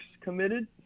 committed